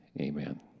Amen